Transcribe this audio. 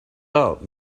out